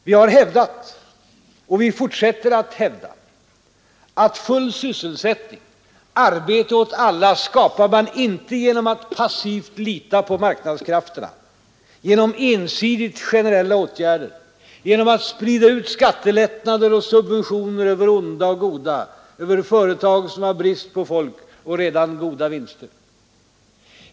Vi har hävdat och vi fortsätter att hävda att full sysselsättning, arbete åt alla skapar man inte genom att passivt lita på marknadskrafterna, genom ensidigt generella åtgärder, genom att sprida ut skattelättnader och subventioner över onda och goda, över företag som har brist på folk och redan goda vinster.